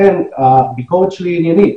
הביקורת שלי היא עניינית,